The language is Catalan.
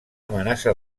amenaça